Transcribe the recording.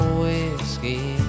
whiskey